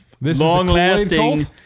Long-lasting